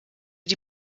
die